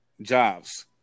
jobs